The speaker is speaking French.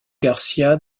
garcía